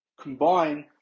combine